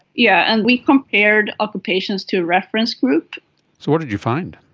yeah and we compared other patients to a reference group. so what did you find?